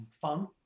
fun